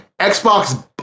Xbox